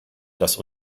das